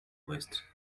west